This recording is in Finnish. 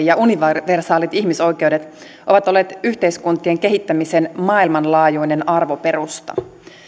ja universaalit ihmisoikeudet ovat olleet yhteiskuntien kehittämisen maailmanlaajuinen arvoperusta